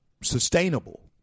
sustainable